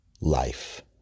Life